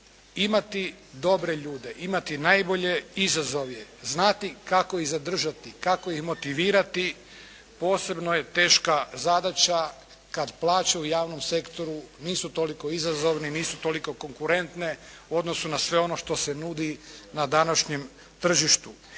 Imati dobre ljude, imati najbolje izazov je. Znati kako ih zadržati, kako ih motivirati, posebno je teška zadaća kada plaće u javnom sektoru nisu tolik izazovne, nisu toliko konkurentne u odnosu na sve ono što se nudi na današnjem tržištu.